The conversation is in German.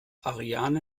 ariane